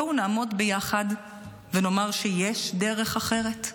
בואו נעמוד ביחד ונאמר שיש דרך אחרת.